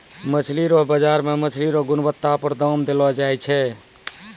मछली रो बाजार मे मछली रो गुणबत्ता पर दाम देलो जाय छै